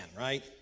right